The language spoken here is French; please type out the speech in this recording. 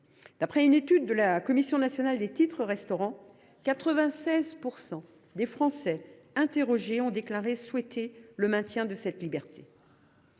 D’après une étude de la Commission nationale des titres restaurant (CNTR), 96 % des Français interrogés ont déclaré souhaiter le maintien de cette liberté.